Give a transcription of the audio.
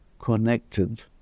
connected